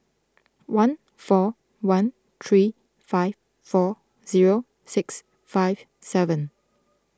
one four one three five four zero six five seven